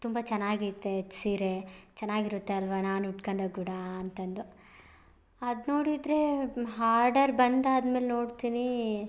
ತುಂಬ ಚೆನ್ನಾಗೈತೆ ಅದು ಸೀರೆ ಚೆನ್ನಾಗಿರುತ್ತೆ ಅಲ್ಲವಾ ನಾನು ಉಟ್ಕೊಂಡು ಕೂಡ ಅಂತಂದು ಅದು ನೋಡಿದರೆ ಹಾರ್ಡರ್ ಬಂದಾದ್ಮೇಲೆ ನೋಡ್ತೀನಿ